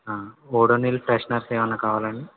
Odonil fresheners ఏమైనా కావాలండి